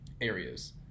areas